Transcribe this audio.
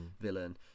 villain